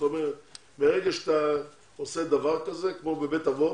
כלומר ברגע שאתה עושה דבר כזה, כמו בבית אבות